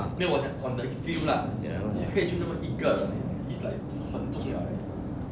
没有我讲 on the field lah 你只就可以一个人而已 leh it's like 很重要 leh